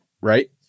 right